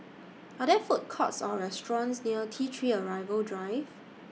Are There Food Courts Or restaurants near T three Arrival Drive